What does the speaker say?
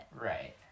right